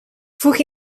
voeg